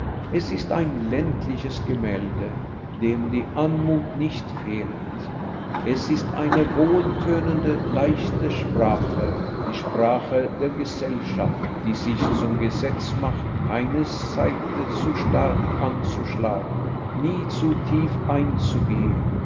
es ist ein ländliches gemälde dem die anmut nicht fehlt es ist eine wohltönende leichte sprache die sprache der gesellschaft die sich zum gesetz macht keine saite zu stark anzuschlagen nie zu tief einzugehen